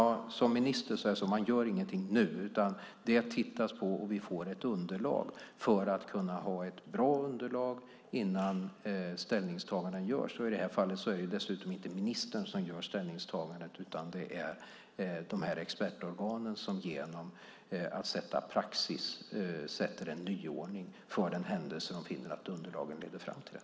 Som minister gör jag ingenting nu, utan detta tittas på och vi får ett underlag innan ställningstagande görs. I det här fallet är det dessutom inte ministern som gör ställningstagandet, utan det är expertorganen som genom att sätta praxis sätter en nyordning för den händelse att de finner att underlagen leder fram till det.